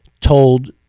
told